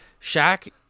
Shaq